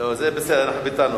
3665. חבר הכנסת טלב